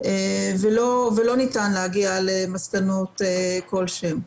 ולא ניתן להגיע למסקנות כלשהם,